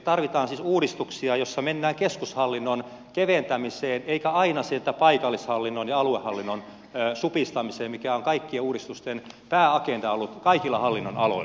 tarvitaan siis uudistuksia joissa mennään keskushallinnon keventämiseen eikä aina paikallishallinnon ja aluehallinnon supistamiseen mikä on kaikkien uudistusten pääagenda ollut kaikilla hallinnonaloilla